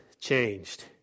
changed